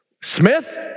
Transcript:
Smith